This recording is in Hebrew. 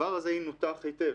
הדבר הזה ינותח היטב.